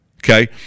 okay